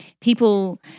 people